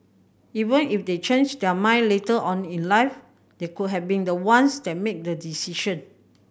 even if they change their mind later on in life they could have been the ones that made the decision